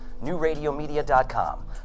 NewRadioMedia.com